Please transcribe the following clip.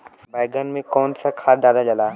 बैंगन में कवन सा खाद डालल जाला?